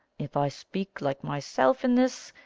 if i speak like myself in this,